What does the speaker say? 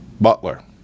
butler